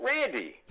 Randy